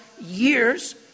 years